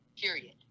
Period